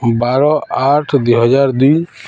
ବାର ଆଠ ଦୁଇହଜାର ଦୁଇ